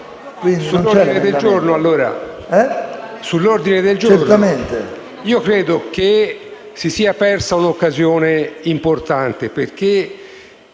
sull'ordine del giorno. Io credo si sia persa un'occasione importante,